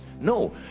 No